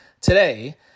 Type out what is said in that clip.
today